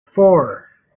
four